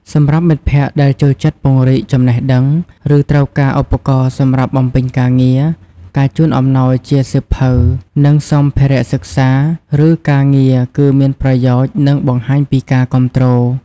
សម្រាប់មិត្តភក្តិដែលចូលចិត្តពង្រីកចំណេះដឹង ឬត្រូវការឧបករណ៍សម្រាប់បំពេញការងារ ការជូនអំណោយជា សៀវភៅ និងសម្ភារៈសិក្សា ឬការងារ គឺមានប្រយោជន៍ និងបង្ហាញពីការគាំទ្រ។